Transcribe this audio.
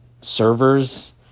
servers